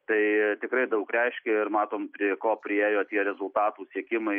tai tikrai daug reiškia ir matom prie ko priėjo tie rezultatų siekimai